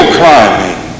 climbing